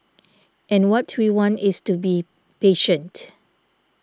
and what we want is to be patient